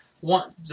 One